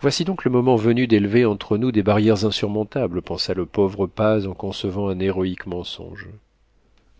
voici donc le moment venu d'élever entre nous des barrières insurmontables pensa le pauvre paz en concevant un héroïque mensonge